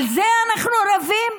על זה אנחנו רבים?